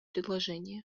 предложения